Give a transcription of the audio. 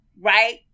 Right